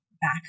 back